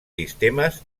sistemes